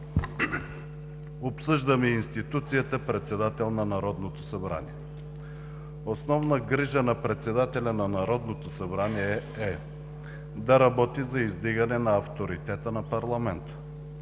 обсъждаме институцията Председател на Народното събрание. Основна грижа на председателя на Народното събрание е да работи за издигане на авторитета на парламента,